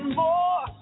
more